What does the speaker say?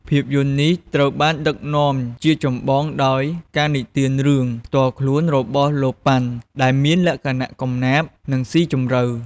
ភាពយន្តនេះត្រូវបានដឹកនាំជាចម្បងដោយ ការនិទានរឿង ផ្ទាល់ខ្លួនរបស់លោក ប៉ាន់ ដែលមានលក្ខណៈកំណាព្យ និងស៊ីជម្រៅ។